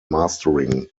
mastering